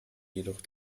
jedoch